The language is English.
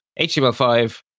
HTML5